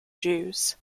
jews